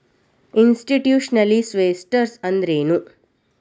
Institutional investors ಅಂದ್ರೇನು?